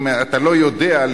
אם אתה לא יודע,